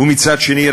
מצד שני,